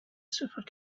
super